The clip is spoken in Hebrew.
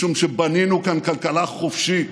משום שבנינו כאן כלכלה חופשית,